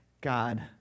God